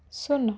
ଶୂନ